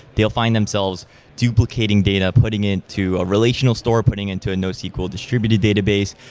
they'll find themselves duplicating data, putting it to a relational store, putting it to a nosql distributed database.